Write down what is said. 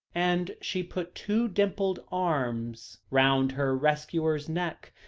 and she put two dimpled arms round her rescuer's neck,